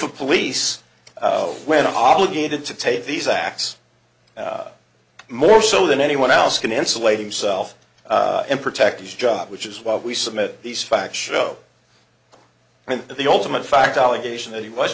of police when obligated to take these acts more so than anyone else can insulate him self and protect his job which is why we submit these facts show and the ultimate fact allegation that he was